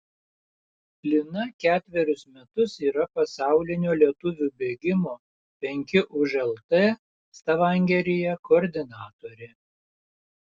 lina ketverius metus yra pasaulinio lietuvių bėgimo penki už lt stavangeryje koordinatorė